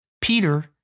Peter